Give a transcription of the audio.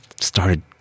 started